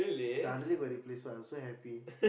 suddenly got replacement I was so happy